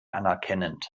anerkennend